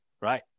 right